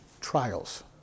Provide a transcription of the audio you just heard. trials